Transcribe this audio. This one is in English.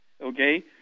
Okay